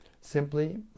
simply